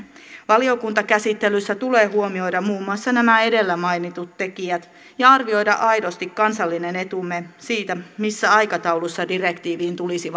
valiokuntakäsittelyssä tulee huomioida muun muassa nämä edellä mainitut tekijät ja arvioida aidosti kansallinen etumme siitä missä aikataulussa direktiiviin tulisi